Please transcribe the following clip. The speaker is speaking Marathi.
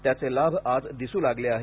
त्याचे लाभ आज दिसू लागले आहेत